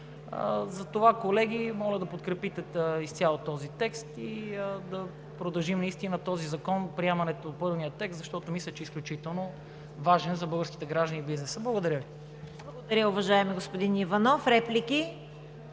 Затова, колеги, моля да подкрепите изцяло този текст и да продължим наистина този закон с приемането на пълния текст, защото мисля, че е изключително важен за българските граждани и бизнеса. Благодаря Ви. ПРЕДСЕДАТЕЛ ЦВЕТА КАРАЯНЧЕВА: Благодаря, уважаеми господин Иванов. Реплики?